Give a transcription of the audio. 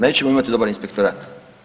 Nećemo imati dobar inspektorat.